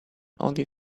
only